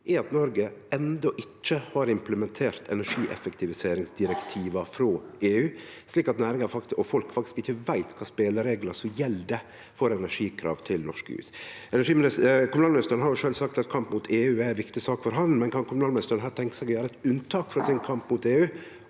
er at Noreg enno ikkje har implementert energieffektiviseringsdirektivet frå EU, slik at næringa og folk veit faktisk ikkje kva spelereglar som gjeld for energikrav til norske hus. Kommunalministeren har sjølv sagt at kampen mot EU er ei viktig sak for han, men kan han her tenkje seg å gjere eit unntak frå sin kamp mot EU